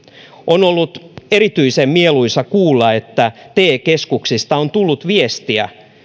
on ollut erityisen mieluisaa kuulla että te keskuksista on tullut viestiä